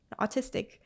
autistic